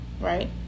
right